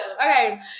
Okay